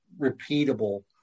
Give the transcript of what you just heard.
repeatable